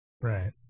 Right